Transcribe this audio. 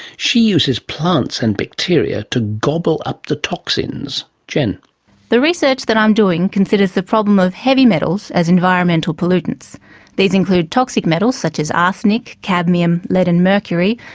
she uses plants and bacteria to gobble up the toxins. jen wiltshire the research that i'm doing considers the problem of heavy metals as environmental pollutants these include toxic metals, such as arsenic, cadmium, lead and mercury,